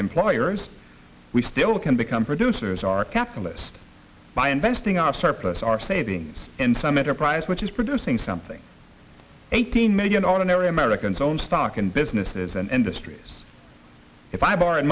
employers we still can become producers our capitalist by investing our surplus our savings in some enterprise which is producing something eighteen million on an area americans own stock in businesses and industries if i borrow